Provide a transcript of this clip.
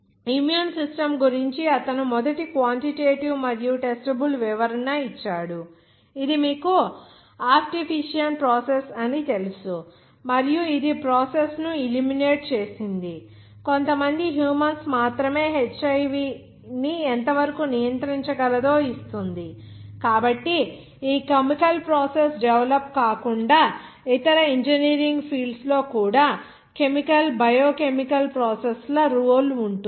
immune systems గురించి అతను మొదటి క్వాంటిటేటివ్ మరియు టెస్టబుల్ వివరణ ఇచ్చాడు ఇది మీకు ఆప్టిషియన్ ప్రాసెస్ అని తెలుసు మరియు ఇది ప్రాసెస్ ను ఇల్ల్యుమినేట్ చేసింది ఇది కొంతమంది హ్యుమన్స్ మాత్రమే హెచ్ఐవిని ఎంతవరకు నియంత్రించగలదో ఇస్తుంది కాబట్టి ఈ కెమికల్ ప్రాసెస్ డెవలప్ కాకుండా ఇతర ఇంజనీరింగ్ ఫీల్డ్స్ లో కూడా కెమికల్ బయో కెమికల్ ప్రాసెసస్ ల రోల్ ఉంటుంది